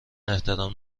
احترام